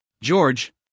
George